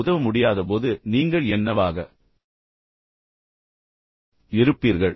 நீங்கள் உதவ முடியாதபோது நீங்கள் என்னவாக இருப்பீர்கள்